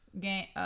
game